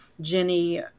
jenny